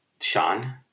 Sean